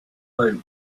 vote